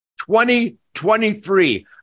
2023